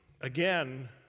again